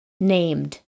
named